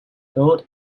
gold